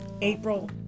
April